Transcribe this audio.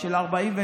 1949,